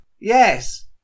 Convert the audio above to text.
Yes